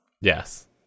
Yes